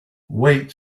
wait